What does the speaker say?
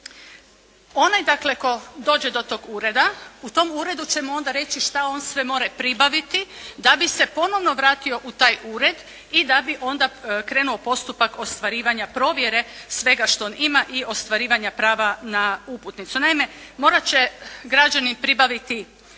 Onaj dakle tko dođe do tog ureda, u tom uredu će mu onda reći šta on sve mora pribaviti da bi se ponovno vratio u taj ured i da bi onda krenuo postupak ostvarivanja provjere svega što on ima i ostvarivanja prava na uputnicu. Naime, morat će građanin pribaviti